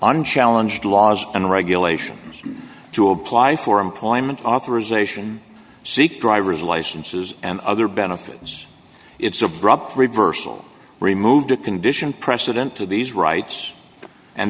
unchallenged laws and regulations to apply for employment authorization seek driver's licenses and other benefits it's abrupt reversal removed a condition precedent to these rights and